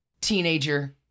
teenager